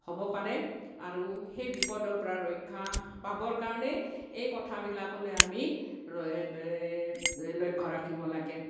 হ'ব পাৰে আৰু সেই বিপদৰ পৰা ৰক্ষা পাবৰ কাৰণে এই কথাবিলাকলৈ আমি লক্ষ্য ৰাখিব লাগে